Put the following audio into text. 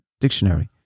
dictionary